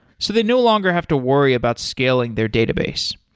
so they no longer have to worry about scaling their database.